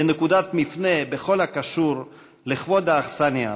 לנקודת מפנה בכל הקשור לכבוד האכסניה הזאת,